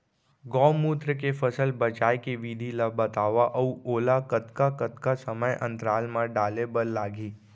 गौमूत्र ले फसल बचाए के विधि ला बतावव अऊ ओला कतका कतका समय अंतराल मा डाले बर लागही?